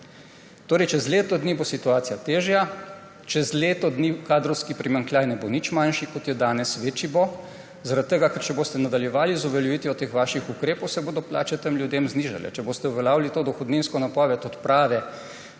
Čez leto dni bo situacija težja, čez leto dni kadrovski primanjkljaj ne bo nič manjši, kot je danes, večji bo. Če boste nadaljevali z uveljavitvijo teh vaših ukrepov, se bodo plače tem ljudem znižale. Če boste uveljavili to dohodninsko napoved odprave